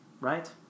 right